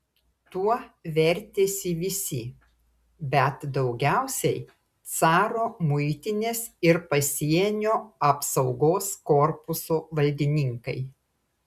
tuo vertėsi visi bet daugiausiai caro muitinės ir pasienio apsaugos korpuso valdininkai